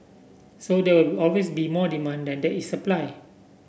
so there will be always be more demand that there is supply